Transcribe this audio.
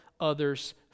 others